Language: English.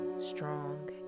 strong